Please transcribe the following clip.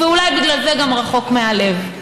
ואולי בגלל זה גם רחוק מהלב.